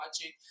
watching